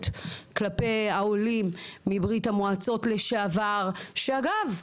כלפי העולים מברית המועצות לשעבר שאגב,